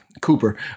Cooper